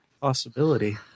Possibility